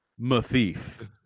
Mathief